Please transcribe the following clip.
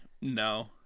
No